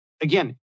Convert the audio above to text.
again